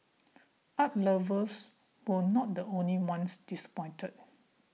art lovers were not the only ones disappointed